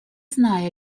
зная